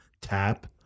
tap